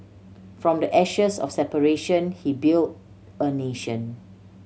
from the ashes of separation he built a nation